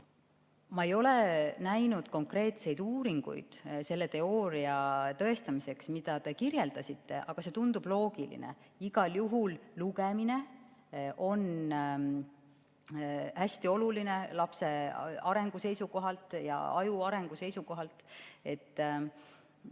Ma ei ole näinud konkreetseid uuringuid selle teooria tõestamiseks, mida te kirjeldasite, aga see tundub loogiline. Igal juhul on lugemine hästi oluline lapse arengu seisukohalt ja aju arengu seisukohalt.